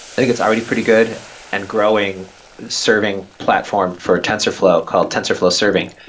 i think it's already pretty good and growing serving platform for a tensorflow called tensorflow serving.